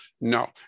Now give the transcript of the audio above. No